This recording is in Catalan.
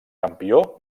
campió